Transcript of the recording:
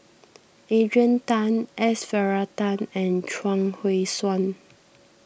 Adrian Tan S Varathan and Chuang Hui Tsuan